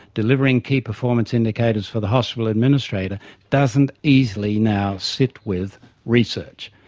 delivering key performance indicators for the hospital administrator doesn't easily now sit with research.